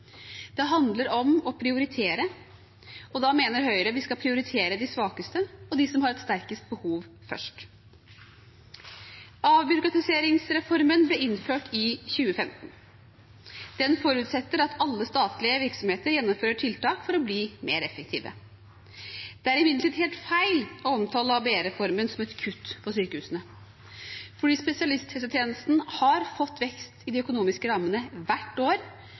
Det handler om å prioritere, og da mener Høyre vi skal prioritere de svakeste og de som har sterkest behov, først. Avbyråkratiserings- og effektiviseringsreformen ble innført i 2015. Den forutsetter at alle statlige virksomheter gjennomfører tiltak for å bli mer effektive. Det er imidlertid helt feil å omtale ABE-reformen som et kutt for sykehusene, for spesialisthelsetjenesten har fått vekst i de økonomiske rammene hvert år,